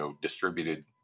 distributed